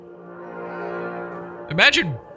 imagine